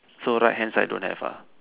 so right hand side don't have ah